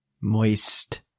Moist